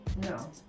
No